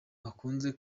bakuze